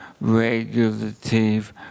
regulative